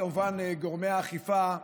גורמי האכיפה,